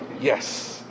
Yes